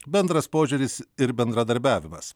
bendras požiūris ir bendradarbiavimas